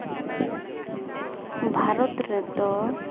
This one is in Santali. ᱵᱷᱟᱨᱚᱛ ᱨᱮᱫᱚ